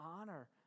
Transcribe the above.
honor